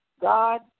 God